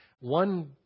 one